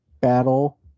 battle